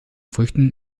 früchten